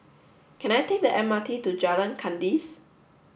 can I take the M R T to Jalan Kandis